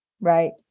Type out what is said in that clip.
right